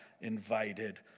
invited